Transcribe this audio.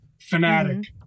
Fanatic